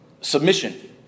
submission